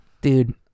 Dude